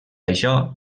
això